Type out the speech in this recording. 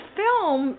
film